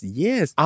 yes